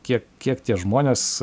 kiek kiek tie žmonės